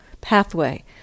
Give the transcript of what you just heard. pathway